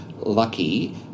lucky